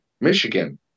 Michigan